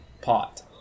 pot